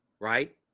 right